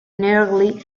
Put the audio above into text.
nearly